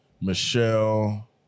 Michelle